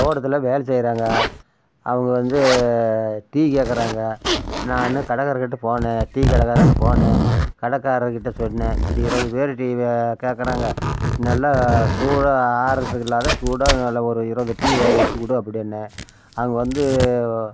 தோட்டத்தில் வேலை செய்கிறாங்க அவங்க வந்து டீ கேக்கிறாங்க நான் கடக்காரருக்கிட்ட போனேன் டீ கடைக்காரன்கிட்ட போனேன் கடகாரருக்கிட்ட சொன்னேன் இப்படி இருபது பேர் டீ கேக்கிறாங்க நல்லா சூடாக ஆறத்துக்கு இல்லாம சூடாக நல்லா ஒரு இருபது டீ வ வெச்சிக்குடு அப்படின்னு அவங்க வந்து